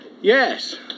Yes